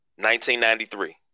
1993